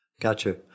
Gotcha